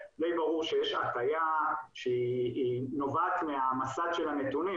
די ברור שיש הטיה שנובעת מהמסד של הנתונים,